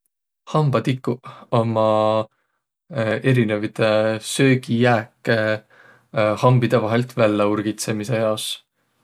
Hambatikuq ummaq erinevide söögijääke hambidõ vaihõlt vällä urgitsõmisõs.